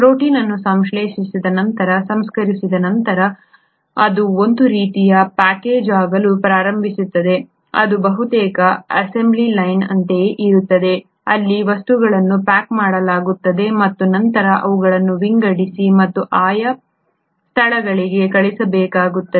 protein ಅನ್ನು ಸಂಶ್ಲೇಷಿಸಿದ ನಂತರ ಸಂಸ್ಕರಿಸಿದ ನಂತರ ಅದು ಒಂದು ರೀತಿಯ ಪ್ಯಾಕೇಜ್ ಆಗಲು ಪ್ರಾರಂಭಿಸುತ್ತದೆ ಇದು ಬಹುತೇಕ ಅಸೆಂಬ್ಲಿ ಲೈನ್ ಅಂತೆಯೇ ಇರುತ್ತದೆ ಅಲ್ಲಿ ವಸ್ತುಗಳನ್ನು ಪ್ಯಾಕ್ ಮಾಡಲಾಗುತ್ತದೆ ಮತ್ತು ನಂತರ ಅವುಗಳನ್ನು ವಿಂಗಡಿಸಿ ಮತ್ತು ಆಯಾ ಸ್ಥಳಗಳಿಗೆ ಕಳುಹಿಸಬೇಕಾಗುತ್ತದೆ